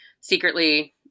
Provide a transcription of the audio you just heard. secretly